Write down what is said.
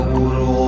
Guru